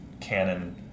canon